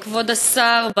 כבוד השר,